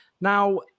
Now